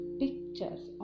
pictures